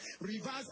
reverse